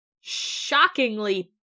shockingly